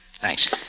Thanks